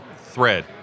thread